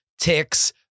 ticks